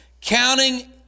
counting